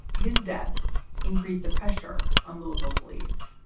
his death increased the pressure on louisville police.